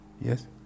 Yes